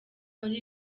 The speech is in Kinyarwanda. muri